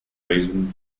raised